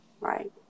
Right